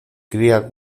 cría